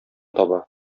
таба